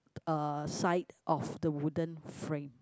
uh side of the wooden frame